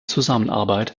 zusammenarbeit